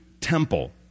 temple